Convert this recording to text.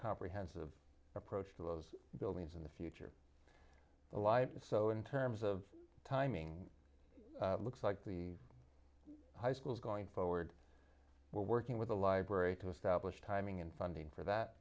comprehensive approach to those buildings in the future alive so in terms of timing looks like the high school is going forward we're working with the library to establish timing and funding for that